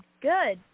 good